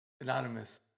Anonymous